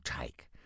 take